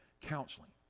counseling